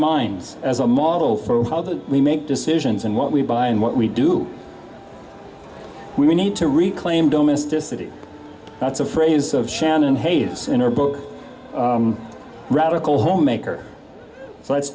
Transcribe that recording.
minds as a model for how do we make decisions and what we buy and what we do we need to reclaim domesticity that's a phrase of shannon hayes in her book radical homemaker so that's